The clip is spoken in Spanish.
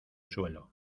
suelo